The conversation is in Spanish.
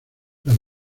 los